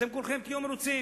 ואתם כולכם תהיו מרוצים.